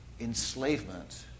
enslavement